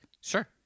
Sure